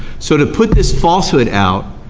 so to put this falsehood out,